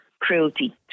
Cruelty